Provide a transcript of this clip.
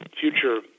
future